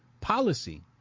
policy